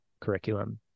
curriculum